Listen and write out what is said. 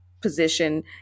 position